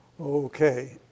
Okay